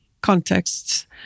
contexts